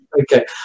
Okay